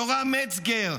יורם מצגר,